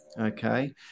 okay